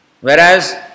Whereas